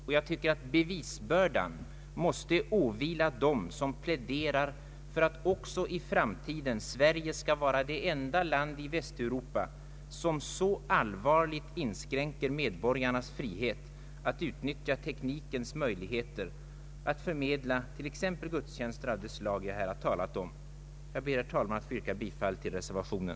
Och bevisbördan måste åvila dem som pläderar för att Sverige också i framtiden skall vara det enda land i Västeuropa, som så allvarligt inskränker medborgarnas frihet att utnyttja teknikens möjligheter att förmedla t.ex. gudstjänster av det slag jag här talat om. Jag ber, herr talman, att få yrka bifall till reservationen.